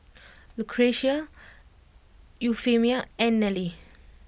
Lucretia Euphemia and Nellie